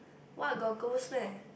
what got ghost meh